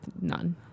none